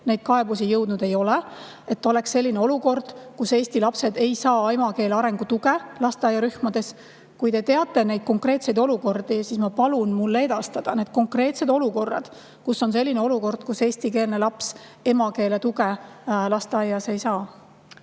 ei ole jõudnud kaebusi, et oleks selline olukord, kus eesti lapsed ei saa emakeele arengu tuge lasteaiarühmades. Kui te teate konkreetseid olukordi, siis ma palun mulle edastada info, kus on selline olukord, et eestikeelne laps emakeeletuge lasteaias ei saa.